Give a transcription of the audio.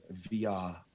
vr